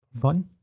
Fun